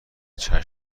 چشم